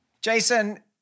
Jason